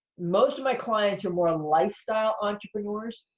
most of my clients are more lifestyle entrepreneurs.